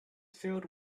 filled